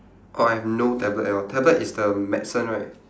oh I have no tablet at all tablet is the medicine right